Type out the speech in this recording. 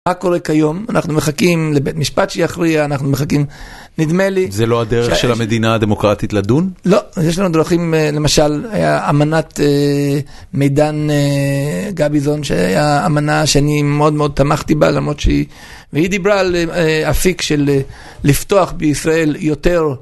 מה קורה כיום? אנחנו מחכים לבית משפט שיכריע, אנחנו מחכים, נדמה לי... זה לא הדרך של המדינה הדמוקרטית לדון? לא, יש לנו דרכים, למשל, היה אמנת מידן גביזון, שהיה אמנה שאני מאוד מאוד תמכתי בה, למרות שהיא... והיא דיברה על אפיק של לפתוח בישראל יותר...